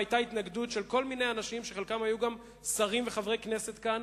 היתה התנגדות של כל מיני אנשים שחלקם היו גם שרים וחברי כנסת כאן,